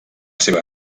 seva